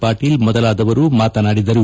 ಪಾಟೀಲ್ ಮೊದಲಾದವರು ಮಾತನಾಡಿದರು